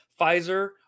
Pfizer